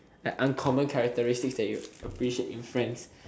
like uncommon characteristics that you appreciate in friends